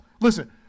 Listen